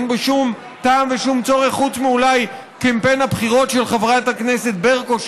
אין בו שום טעם ושום צורך חוץ מאולי קמפיין הבחירות של חברת הכנסת ברקו,